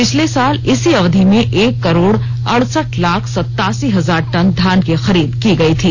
पिछले साल इसी अवधि में एक करोड अडसठ लाख सत्तासी हजार टन धान की खरीद की गई थी